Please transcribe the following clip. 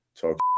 talk